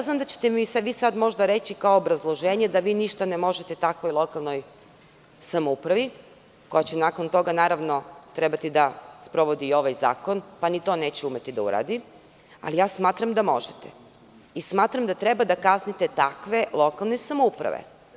Znam da ćete vi sada možda kao obrazloženje reći da vi ništa ne možete takvoj lokalnoj samoupravi, koja će nakon toga, naravno, trebati da sprovodi i ovaj zakon, pa ni to neće umeti da uradi, ali smatram da možete i smatram da treba da kaznite takve lokalne samouprave.